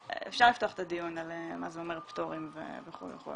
אפשר לפתוח את הדיון על מה זה אומר פטורים וכו' וכו',